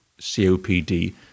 COPD